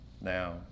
now